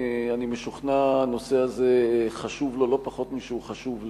אני משוכנע שהנושא הזה חשוב לו לא פחות משהוא חשוב לי,